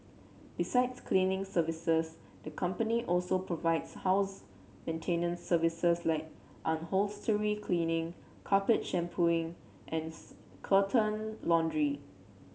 besides cleaning services the company also provides house maintenance services like upholstery cleaning carpet shampooing and curtain laundry